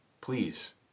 please